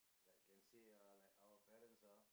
like can say ah like our parents ah